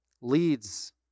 leads